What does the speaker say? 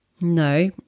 No